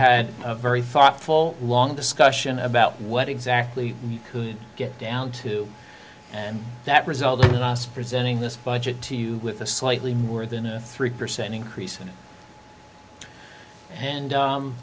had a very thoughtful long discussion about what exactly you could get down to and that resulted in us presenting this budget to you with a slightly more than a three percent increase in it and